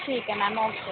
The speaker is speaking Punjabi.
ਠੀਕ ਹੈ ਮੈਮ ਓਕੇ